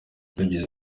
yageze